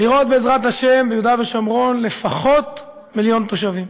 לראות בעזרת השם ביהודה ושומרון לפחות מיליון תושבים.